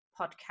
podcast